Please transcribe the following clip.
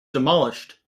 demolished